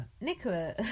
Nicola